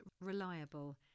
reliable